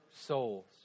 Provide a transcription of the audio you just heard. souls